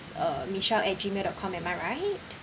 uh michelle at gmail dot com am I right